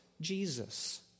Jesus